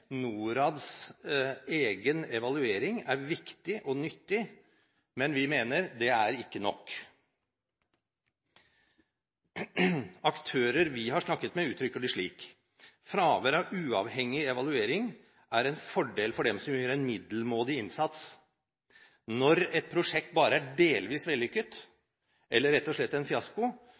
mener det ikke er nok. Aktører vi har snakket med, uttrykker det slik: Fravær av uavhengig evaluering er en fordel for dem som gjør en middelmådig innsats. Når et prosjekt bare er delvis vellykket, eller rett og slett en fiasko,